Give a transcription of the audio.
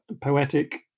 poetic